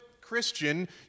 Christian